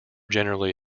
generally